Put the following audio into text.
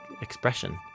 expression